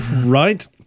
Right